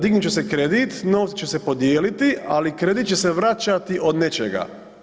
Dignut će se kredit, novci će se podijeliti, ali kredit će se vraćati od nečega.